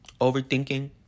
overthinking